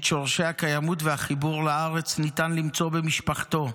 את שורשי הקיימות והחיבור לארץ ניתן למצוא במשפחתו,